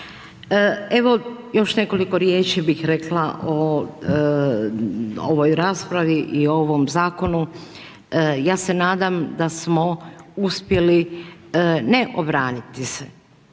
Evo još nekoliko riječi bih rekla o ovoj raspravi i ovom zakonu, ja se nadam da smo uspjeli ne obraniti se,